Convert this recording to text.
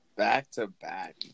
Back-to-back